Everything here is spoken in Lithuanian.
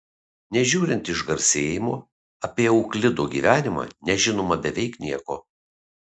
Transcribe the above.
nežiūrint išgarsėjimo apie euklido gyvenimą nežinoma beveik nieko